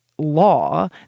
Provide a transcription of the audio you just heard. law